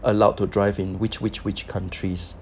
allowed to drive in which which which countries